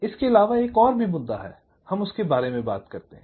इसके इलावा एक और भी मुद्दा है अब उसके बारे में बात करते हैं